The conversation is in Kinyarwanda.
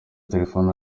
telefoni